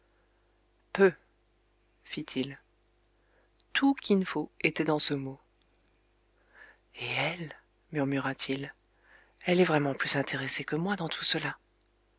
peuh fit-il tout kin fo était dans ce mot et elle murmura-t-il elle est vraiment plus intéressée que moi dans tout cela